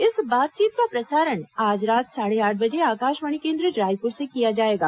इस बातचीत का प्रसारण आज रात साढ़े आठ बजे आकाशवाणी केन्द्र रायपुर से किया जाएगा